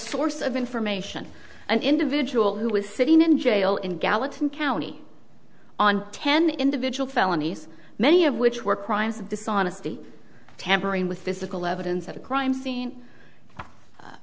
source of information an individual who was sitting in jail in gallatin county on ten individual felonies many of which were crimes of dishonesty tampering with physical evidence at a crime scene